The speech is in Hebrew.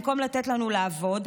במקום לתת לנו לעבוד,